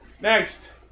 Next